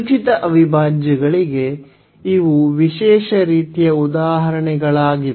ಅನುಚಿತ ಅವಿಭಾಜ್ಯಗಳಿಗೆ ವಿಶೇಷ ರೀತಿಯ ಉದಾಹರಣೆಗಳು ಇಲ್ಲಿವೆ